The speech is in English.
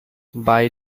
buy